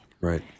right